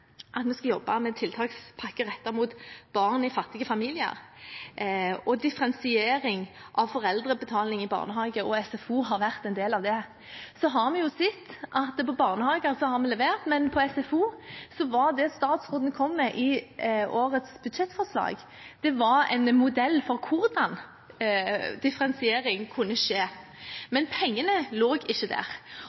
jobbe med tiltakspakke rettet mot barn i fattige familier, og differensiering av foreldrebetaling i barnehage og SFO har vært en del av det. Så har vi sett at på barnehager har vi levert, men på SFO var det statsråden kom med i årets budsjettforslag, en modell for hvordan differensiering kunne skje, men pengene lå ikke der.